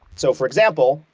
so for example,